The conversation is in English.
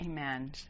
Amen